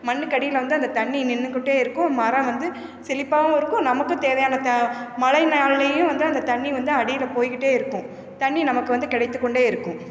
மண்ணுக்கு அடியில் வந்து அந்த தண்ணி நின்றுக்கிட்டே இருக்கும் மரம் வந்து செழிப்பாவும் இருக்கும் நமக்குத் தேவையான த மழை நாள்லயும் வந்து அந்த தண்ணி வந்து அடியில் போய்க்கிட்டே இருக்கும் தண்ணி நமக்கு வந்து கிடைத்துக்கொண்டே இருக்கும்